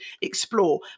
explore